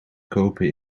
kopen